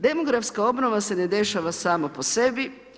Demografska obnova se ne dešava sama po sebi.